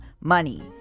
money